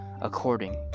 according